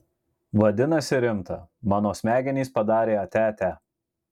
vadinasi rimta mano smegenys padarė atia atia